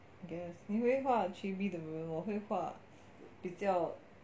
I guess 你会画 chibi 的人我会画比较